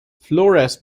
flores